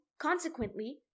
Consequently